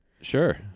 Sure